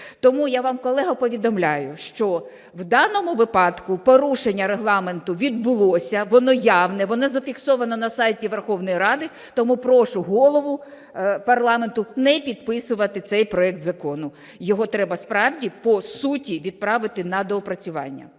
Тому я вам, колего, повідомляю, що в даному випадку порушення Регламенту відбулося, воно явне, воно зафіксовано на сайті Верховної Ради. Тому прошу голову парламенту не підписувати цей проект закону. Його треба, справді, по суті, відправити на доопрацювання,